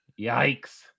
Yikes